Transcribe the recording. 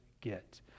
get